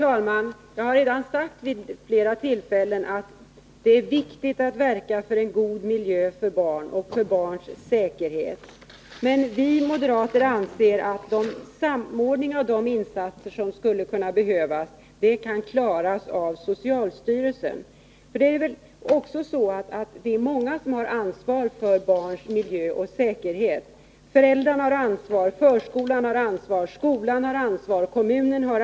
Herr talman! Jag har vid flera tillfällen redan sagt att det är viktigt att verka för en god miljö för barn och för barns säkerhet. Men vi moderater anser att en samordning av de insatser som skulle kunna behövas kan klaras av socialstyrelsen. Många har ansvar för barns miljö och säkerhet. Det har föräldrarna, förskolan, skolan och kommunerna.